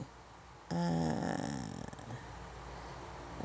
uh